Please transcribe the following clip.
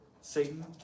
Satan